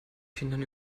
kindern